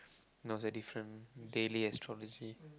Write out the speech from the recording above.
not that different daily astrology